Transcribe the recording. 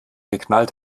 geknallt